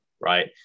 right